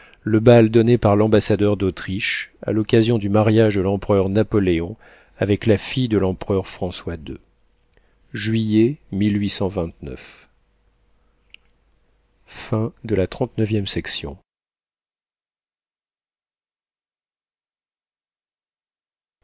le bal donné par l'ambassadeur d'autriche à l'occasion du mariage de l'empereur napoléon avec la fille de l'empereur françois ii juillet